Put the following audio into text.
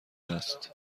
است